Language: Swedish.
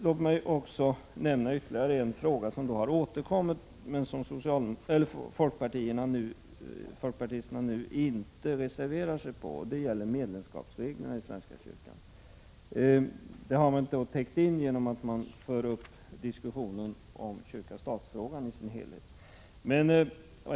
Låt mig ta upp ytterligare en fråga som har återkommit och där folkpartisterna inte har reserverat sig. Det gäller medlemskapsreglerna i svenska kyrkan. Det här har man täckt in genom att ta upp stat-kyrka-frågan i dess helhet.